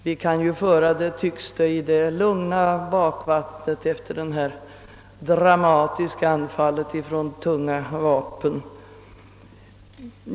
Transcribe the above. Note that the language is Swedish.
Vi kan ju föra det i det lugna bakvattnet efter det dramatiska anfallet nyss från tunga vapen.